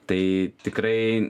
tai tikrai